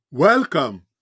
Welcome